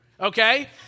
okay